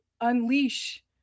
unleash